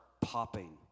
popping